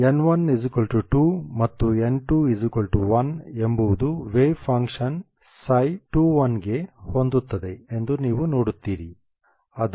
n1 2 ಮತ್ತು n2 1 ಎಂಬುವುದು wave function ψ2 1 ಗೆ ಹೊಂದುತ್ತದೆ